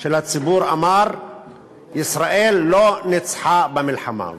של הציבור אמר שישראל לא ניצחה במלחמה.